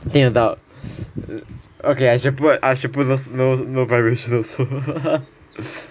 听得到 okay I should put I should put no no vibration also